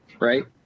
right